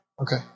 Okay